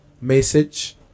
message